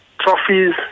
trophies